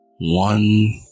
one